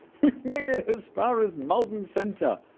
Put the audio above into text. we've made it as far as malden center!